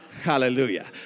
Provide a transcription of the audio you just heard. Hallelujah